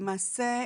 למעשה,